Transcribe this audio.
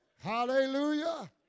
Hallelujah